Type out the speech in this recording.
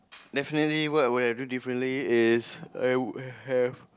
definitely what I would have do differently is I would have